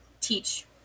teach